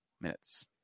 minutes